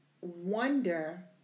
wonder